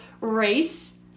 race